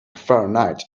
fahrenheit